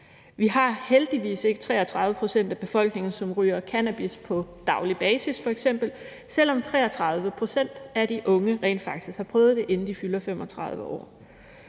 Der er heldigvis ikke 33 pct. af befolkningen, som f.eks. ryger cannabis på daglig basis, selv om 33 pct. af de unge rent faktisk har prøvet det, inden de fylder 35 år.